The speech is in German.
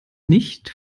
nicht